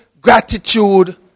gratitude